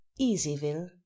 easyville